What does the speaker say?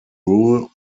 rule